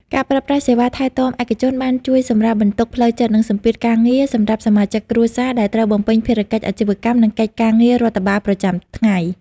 ការប្រើប្រាស់សេវាថែទាំឯកជនបានជួយសម្រាលបន្ទុកផ្លូវចិត្ត និងសម្ពាធការងារសម្រាប់សមាជិកគ្រួសារ ដែលត្រូវបំពេញភារកិច្ចអាជីវកម្ម និងកិច្ចការងាររដ្ឋបាលប្រចាំថ្ងៃ។